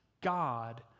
God